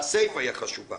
והסיפה היא החשובה